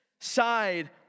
side